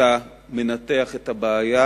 אתה מנתח את הבעיה